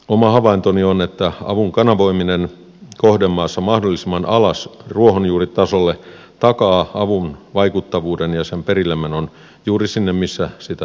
oma havaintoni on että avun kanavoiminen kohdemaassa mahdollisimman alas ruohonjuuritasolle takaa avun vaikuttavuuden ja sen perillemenon juuri sinne missä sitä tarvitaan